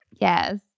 Yes